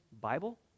Bible